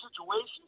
situations